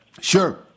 Sure